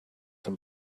some